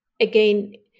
again